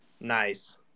nice